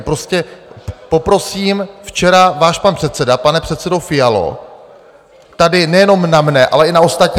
Prostě poprosím včera váš pan předseda, pane předsedo Fialo, tady nejenom na mne, ale i na ostatní reagoval...